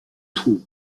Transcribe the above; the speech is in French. trouve